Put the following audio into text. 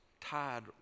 tied